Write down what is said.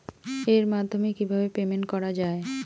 এর মাধ্যমে কিভাবে পেমেন্ট করা য়ায়?